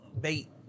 Bait